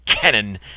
cannon